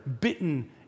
bitten